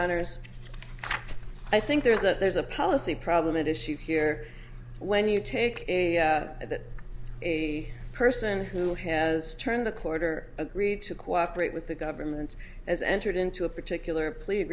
honour's i think there's a there's a policy problem it issue here when you take a person who has turned a quarter agree to cooperate with the government as entered into a particular plea